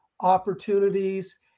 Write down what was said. opportunities